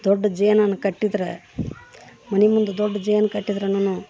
ದೊಡ್ಡ ಜೇನನ್ನು ಕಟ್ಟಿದ್ರೆ ಮನೆಮುಂದ್ ದೊಡ್ಡ ಜೇನು ಕಟ್ಟಿದ್ರುನು